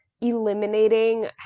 Eliminating